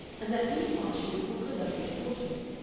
and that meanwhile she would book her luggage at waterloo.